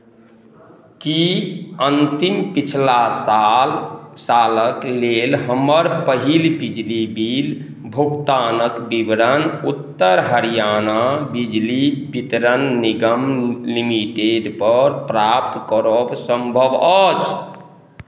की अन्तिम पछिला साल सालक लेल हमर पहिल बिजली बिल भुगतानक विवरण उत्तर हरियाणा बिजली वितरण निगम लिमिटेडपर प्राप्त करब सम्भव अछि